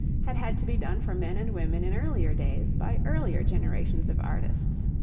had had to be done for men and women in earlier days by earlier generations of artists.